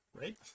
right